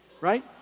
right